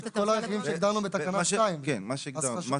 את כל הרכיבים שהגדרנו בתקנה 2. כן, מה שהגדרנו.